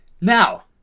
Now